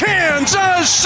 Kansas